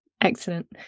excellent